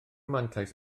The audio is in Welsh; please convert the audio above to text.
mantais